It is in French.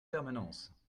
permanence